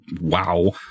wow